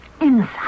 Inside